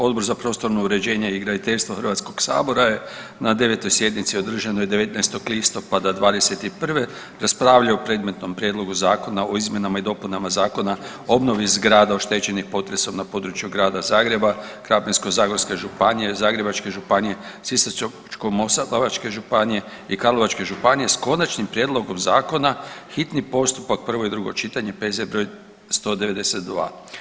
Odbor za prostorno uređenje i graditeljstvo Hrvatskog sabora je na 9. sjednici održanoj 19. listopada '21. raspravljao o predmetnom Prijedlogu Zakona o izmjenama i dopunama Zakona o obnovi zgrada oštećenih potresom na području Grada Zagreba, Krapinsko-zagorske županije, Zagrebačke županije, Sisačko-moslavačke županije i Karlovačke županije s konačnim prijedlogom zakona, hitni postupak, prvo i drugo čitanje, P.Z. broj 192.